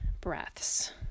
breaths